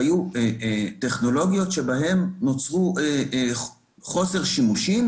שהיו טכנולוגיות שבהן נוצרו חוסר שימושים.